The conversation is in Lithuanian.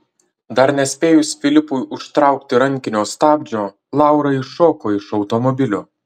dar nespėjus filipui užtraukti rankinio stabdžio laura iššoko iš automobilio